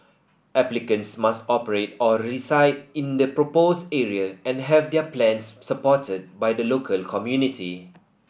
applicants must operate or reside in the proposed area and have their plans supported by the local community